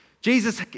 Jesus